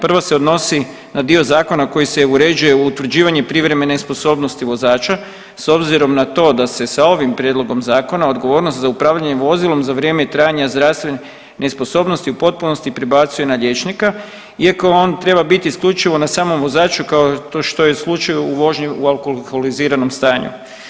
Prvo se odnosi na dio Zakona koji se uređuje utvrđivanje i privremene sposobnosti vozača, s obzirom na to da se sa ovim prijedlogom Zakona odgovornost za upravljanje vozilom za vrijeme trajanja zdravstvene nesposobnosti u potpunosti prebacuje na liječnika, iako on treba biti isključivo na samom vozaču, kao što je to slučaj u vožnji u alkoholiziranom stanju.